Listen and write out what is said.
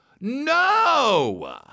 no